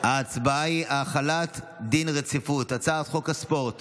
ההצבעה היא החלת דין רציפות על הצעת חוק הספורט